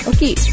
Okay